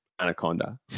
anaconda